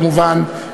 כמובן,